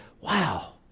wow